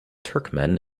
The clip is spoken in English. turkmen